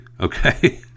Okay